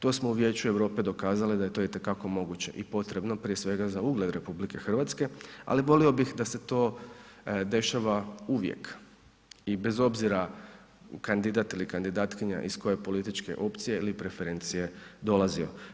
To smo u Vijeću Europe dokazali da je to itekako moguće i potrebno prije svega za ugled RH, ali volio bih da se to dešava uvijek i bez obzira kandidat ili kandidatkinja iz koje političke opcije ili preferencije dolazio.